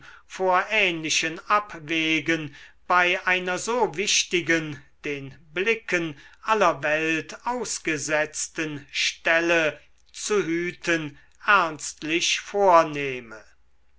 vor ähnlichen abwegen bei einer so wichtigen den blicken aller welt ausgesetzten stelle zu hüten ernstlich vornehme